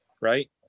right